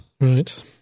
right